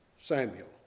Samuel